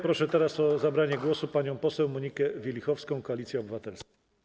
Proszę teraz o zabranie głosu panią poseł Monikę Wielichowską, Koalicja Obywatelska.